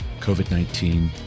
COVID-19